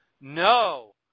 No